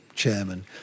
Chairman